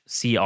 CR